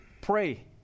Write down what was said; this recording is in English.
Pray